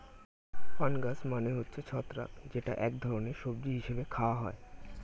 fungus মানে হচ্ছে ছত্রাক যেটা এক ধরনের সবজি হিসেবে খাওয়া হয়